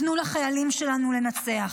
תנו לחיילים שלנו לנצח.